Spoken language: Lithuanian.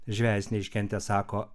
žvejas neiškentęs sako